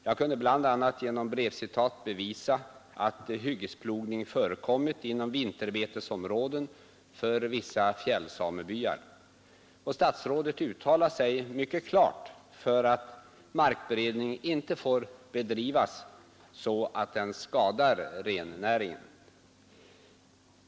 Jag kunde bl.a. genom brevcitat bevisa att hyggesplogning förekommit inom vinterbetesområden för vissa fjällsamebyar. Statsrådet uttalade sig mycket klart för att markberedning inte får bedrivas så att den skadar rennäringen.